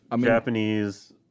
Japanese